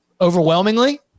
Overwhelmingly